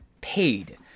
paid